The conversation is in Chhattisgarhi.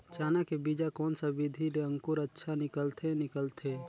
चाना के बीजा कोन सा विधि ले अंकुर अच्छा निकलथे निकलथे